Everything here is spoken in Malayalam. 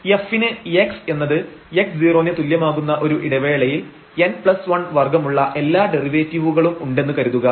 f ന് x എന്നത് x0 ന് തുല്യമാകുന്ന ഒരു ഇടവേളയിൽ n1 വർഗ്ഗമുള്ള എല്ലാ ഡെറിവേറ്റീവുകളും ഉണ്ടെന്ന് കരുതുക